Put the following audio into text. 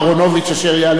אשר יעלה ויבוא,